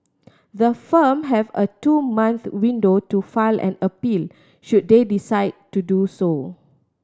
the firm have a two month window to file an appeal should they decide to do so